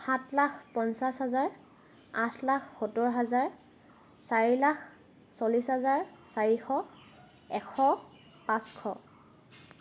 সাত লাখ পঞ্চাছ হাজাৰ আঠ লাখ সত্তৰ হাজাৰ চাৰি লাখ চল্লিছ হাজাৰ চাৰিশ এশ পাঁচশ